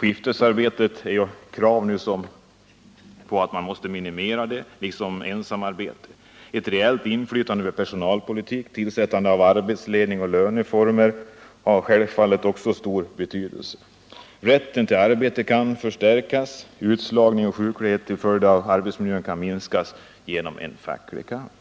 Det ställs nu krav på att skiftarbetet måste minska liksom ensamarbetet. Ett reellt inflytande över personalpolitik, tillsättande av arbetsledning och löneformer har självfallet också stor betydeise. Rätten till arbete kan förstärkas. Utslagning och sjuklighet till följd av arbetsmiljön kan minskas genom en facklig kamp.